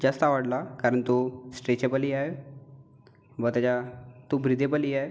जास्त आवडला कारण तो स्ट्रेचेबलही आहे व त्याच्या तो ब्रीदेबलही आहे